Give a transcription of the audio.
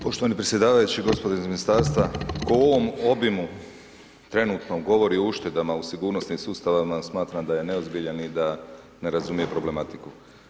Poštovani predsjedavajući, gospodo iz Ministarstva, tko u ovom obimu trenutno govori o uštedama u sigurnosnim sustavima, smatram da je neozbiljan i da ne razumije problematiku.